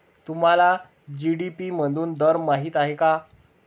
तुम्हाला जी.डी.पी मधून दर माहित आहे का?